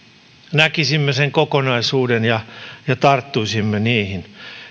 näkisimme sen kokonaisuuden ja ja tarttuisimme niihin